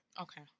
Okay